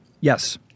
Yes